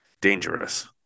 dangerous